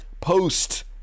post